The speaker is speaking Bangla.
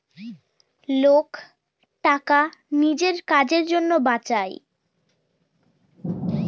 লোক টাকা নিজের কাজের জন্য বাঁচায়